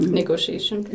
negotiation